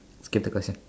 skip the question